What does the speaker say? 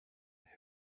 like